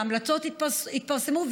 ההמלצות יתפרסמו,